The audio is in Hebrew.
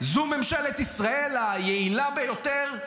זו ממשלת ישראל היעילה ביותר,